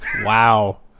Wow